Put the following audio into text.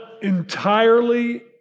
entirely